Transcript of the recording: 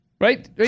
Right